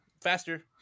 faster